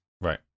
Right